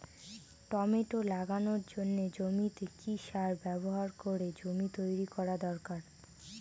Tomato লাগানোর জন্য জমিতে কি সার ব্যবহার করে জমি তৈরি করা দরকার?